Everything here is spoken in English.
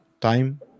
time